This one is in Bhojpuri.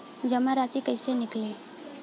जमा राशि कइसे निकली?